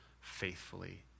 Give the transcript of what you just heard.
faithfully